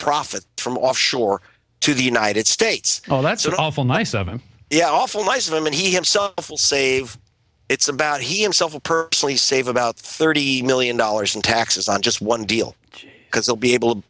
profits from offshore to the united states oh that's awful nice of him yeah awful nice of him and he himself will save it's about himself purposely save about thirty million dollars in taxes on just one deal because he'll be able